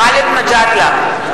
גאלב מג'אדלה,